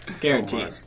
guaranteed